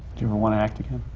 you ever want to act again?